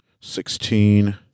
sixteen